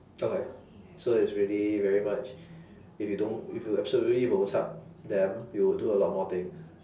okay so it's really very much if you don't if you absolutely bo chup them you will do a lot more things